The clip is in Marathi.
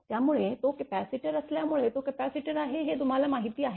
त्यामुळे तो कपॅसिटर असल्यामुळे तो कपॅसिटर आहे हे तुम्हाला माहीत आहे